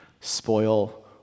Spoil